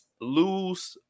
lose